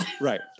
Right